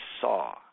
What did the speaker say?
saw